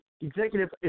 executive